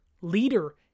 leader